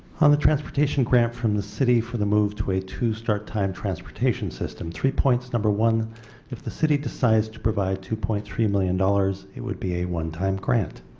on the transportation grant from the city for the move to a two start time transportation system, three points one if the city decides to provide two point three million dollars it would be a one-time grant.